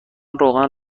روغن